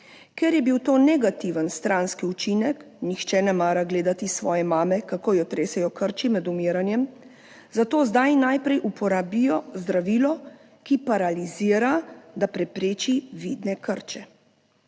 ker je bil to negativen stranski učinek. Nihče ne mara gledati svoje mame, kako jo tresejo krči med umiranjem, zato zdaj najprej uporabijo zdravilo, ki paralizira, da prepreči vidne krče.